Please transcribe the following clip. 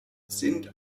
sind